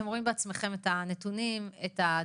אתם רואים בעצמכם את הנתונים, את הדברים.